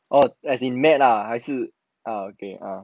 oh as in matte lah